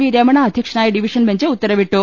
V Ramana അധ്യക്ഷനായ division bench ഉത്തരവിട്ടു